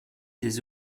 des